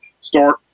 start